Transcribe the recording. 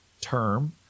term